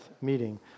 meeting